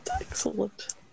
Excellent